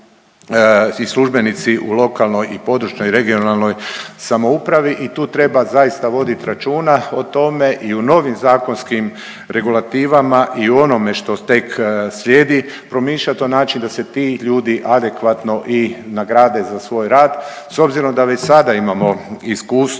i službenici u lokalnoj i područnoj i regionalnoj samoupravi i tu treba zaista vodit računa o tome i u novim zakonskim regulativama i u onome što tek slijedi promišljat na način da se ti ljudi adekvatno i nagrade za svoj rad. S obzirom da već sada imamo iskustva